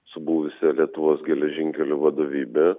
su buvusia lietuvos geležinkelių vadovybe